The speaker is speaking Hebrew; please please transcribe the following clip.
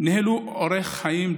ניהלו אורח חיים דתי,